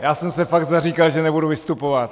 Já jsem se fakt zaříkal, že nebudu vystupovat.